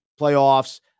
playoffs